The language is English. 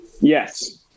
Yes